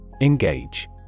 Engage